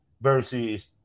versus